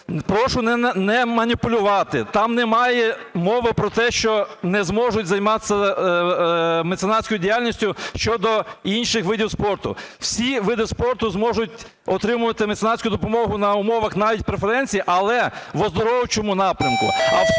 Прошу не маніпулювати, там немає мови про те, що не зможуть займатися меценатською діяльністю щодо інших видів спорту. Всі види спорту зможуть отримувати меценатську допомогу на умовах навіть преференцій, але в оздоровчому напрямку.